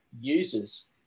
users